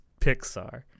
Pixar